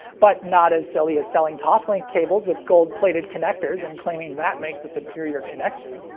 but not as silly as selling toslink cables with gold plated connectors and claiming that makes a superior connection!